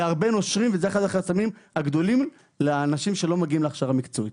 הרבה נושרים וזה אחד החסמים הגדולים לאנשים שלא מגיעים להכשרה מקצועית.